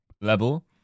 level